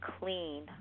clean